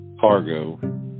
cargo